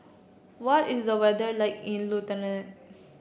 what is the weather like in Lithuania